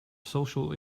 social